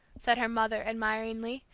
said her mother, admiringly,